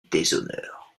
déshonneur